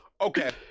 okay